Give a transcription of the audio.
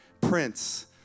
Prince